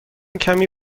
کمی